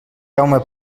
jaume